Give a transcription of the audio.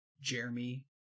Jeremy